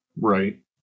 Right